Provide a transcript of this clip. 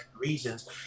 reasons